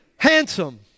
Handsome